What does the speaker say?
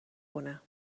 خونه